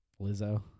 Lizzo